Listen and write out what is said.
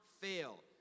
fail